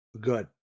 Good